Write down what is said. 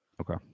Okay